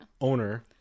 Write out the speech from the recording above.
owner